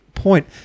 point